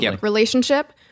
relationship